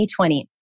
2020